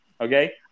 Okay